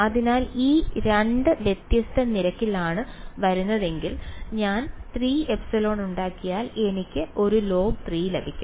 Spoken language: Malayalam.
അതിനാൽ ഈ 2 വ്യത്യസ്ത നിരക്കിലാണ് വരുന്നതെങ്കിൽ ഞാൻ 3ε ഉണ്ടാക്കിയാൽ എനിക്ക് ഒരു log 3 ലഭിക്കും